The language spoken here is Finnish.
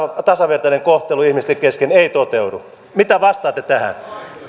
tasavertainen kohtelu ihmisten kesken ei toteudu mitä vastaatte tähän